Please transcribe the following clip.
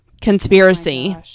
conspiracy